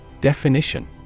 Definition